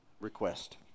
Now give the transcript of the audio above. request